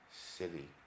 city